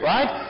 Right